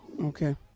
Okay